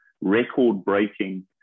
record-breaking